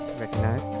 recognize